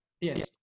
Yes